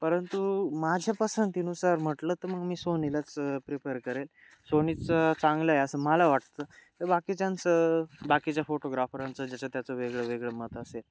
परंतु माझ्या पसंतीनुसार म्हटलं तर मग मी सोनीलाच प्रिफर करेल सोनीचं चांगलं आहे असं मला वाटतं तर बाकीच्यांचं बाकीच्या फोटोग्राफरांचं ज्याच्या त्याचं वेगळं वेगळं मत असेल